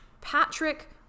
Patrick